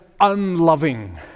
unloving